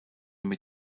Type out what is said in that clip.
mit